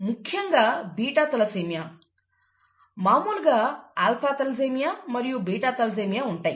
ముఖ్యంగా beta thalassaemia మామూలుగా alpha thalassaemia మరియు బీటా తలసేమియా ఉంటాయి